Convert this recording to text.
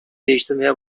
değiştirmeye